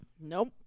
Nope